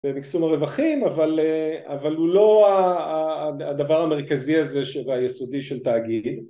במקסום רווחים אבל הוא לא הדבר המרכזי הזה והיסודי של תאגיד